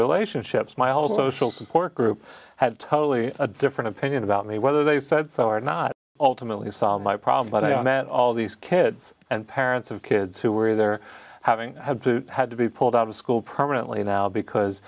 relationships my old social support group i had totally a different opinion about me whether they said so or not ultimately solve my problem but i met all these kids and parents of kids who were there having had to had to be pulled out of school permanently now because